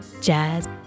jazz